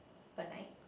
per night